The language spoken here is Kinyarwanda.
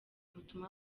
ubutumwa